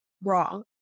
wrong